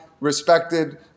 respected